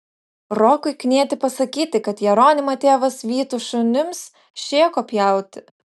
rokui knieti pasakyti kad jeronimą tėvas vytų šunims šėko pjauti